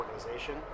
organization